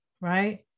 right